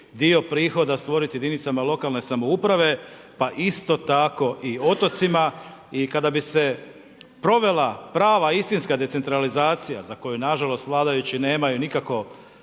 dio prihoda stvoriti jedinicama lokalne samouprave, pa isto tako i otocima i kada bi se provela prava istinska decentralizacija za koju nažalost, vladajući nemaju nikako